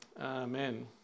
amen